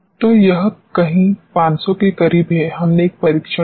तो यह कहीं 500 के करीब है हमने एक परीक्षण किया